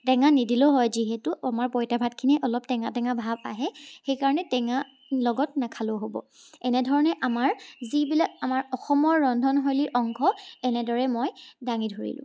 টেঙা নিদিলেও হয় যিহেতু আমাৰ পঁইতা ভাতখিনি অলপ টেঙা টেঙা ভাৱ আহে সেইকাৰণে টেঙা লগত নেখালেও হ'ব এনেধৰণে আমাৰ যিবিলাক আমাৰ অসমৰ ৰন্ধনশৈলীৰ অংশ এনেদৰেই মই দাঙি ধৰিলোঁ